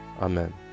Amen